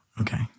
Okay